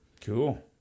Cool